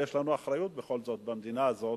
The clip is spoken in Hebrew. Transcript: יש לנו אחריות בכל זאת, במדינה הזאת,